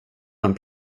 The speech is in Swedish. han